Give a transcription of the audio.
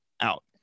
out